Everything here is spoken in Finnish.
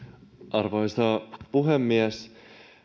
arvoisa puhemies tämä